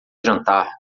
jantar